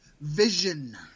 vision